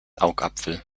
augapfel